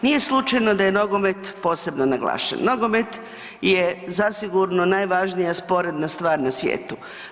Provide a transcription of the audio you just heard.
Nije slučajno da je nogomet posebno naglašen, nogomet je zasigurno najvažnija sporedna stvar na svijetu.